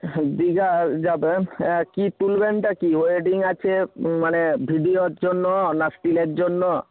হ্যাঁ দীঘা যাবে হ্যাঁ কী তুলবেনটা কী ওয়েডিং আছে মানে ভিডিওর জন্য না স্টিলের জন্য